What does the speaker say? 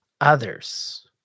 others